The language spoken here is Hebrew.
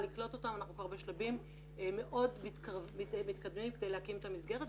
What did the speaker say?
לקלוט אותם ואנחנו כבר בשלבים מאוד מתקדמים כדי להקים את המסגרת.